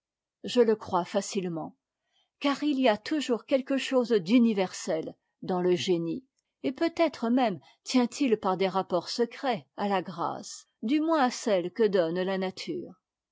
je e crois facilement car il y a toujours quelque chose d'universel dans le génie et peut-être même tient-il par des rapports secrets à la grâce du moins à celle que donne la nature